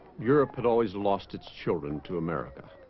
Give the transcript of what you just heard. europe had always lost its children to america